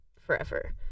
forever